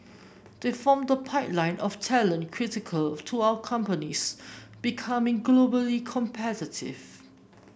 they form the pipeline of talent critical to our companies becoming globally competitive